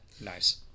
Nice